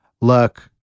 look